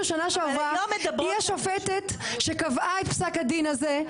שנה שעברה היא השופטת שקבעה את פסק הדין הזה,